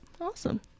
awesome